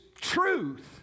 truth